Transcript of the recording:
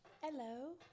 Hello